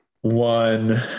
one